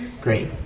great